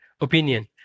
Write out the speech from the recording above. opinion